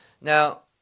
Now